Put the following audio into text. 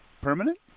permanent